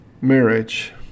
marriage